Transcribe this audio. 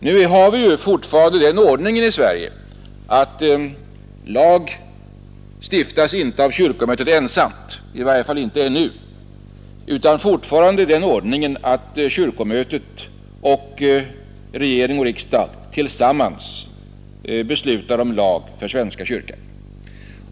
Vi har fortfarande den ordningen i Sverige att lag för svenska kyrkan inte stiftas av kyrkomötet ensamt, i varje fall inte ännu. Vi har fortfarande den ordningen att kyrkomötet samt regering och riksdag tillsammans beslutar om lag för svenska kyrkan.